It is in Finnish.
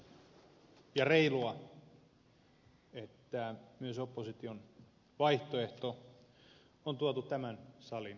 on hienoa ja reilua että myös opposition vaihtoehto on tuotu tämän salin käsittelyyn